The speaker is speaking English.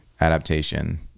adaptation